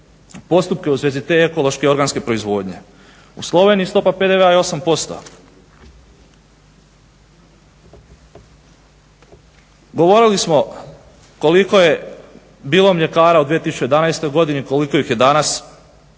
postupke u svezi te ekološke i organske proizvodnje. U Sloveniji stopa PDV-a je 8%. Govorili smo koliko je bilo mljekara u 2011. godini, koliko ih je danas.